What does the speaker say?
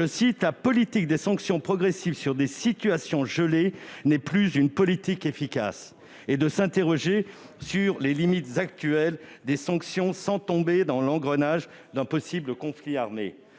« la politique des sanctions progressives sur des situations gelées n'est plus une politique efficace ». Il s'interrogeait sur les limites actuelles des sanctions, sans tomber dans l'engrenage d'un possible conflit armé.